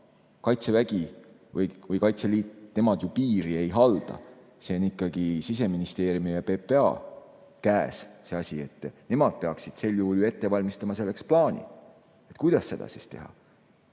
Kaitsevägi või Kaitseliit, nemad ju piiri ei halda. See on ikkagi Siseministeeriumi ja PPA käes, see asi. Nemad peaksid ette valmistama plaani, kuidas seda siis teha.